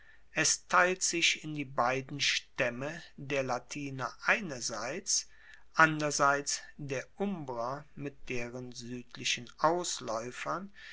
es teilt sich in die beiden staemme der latiner einerseits anderseits der umbrer mit deren suedlichen auslaeufern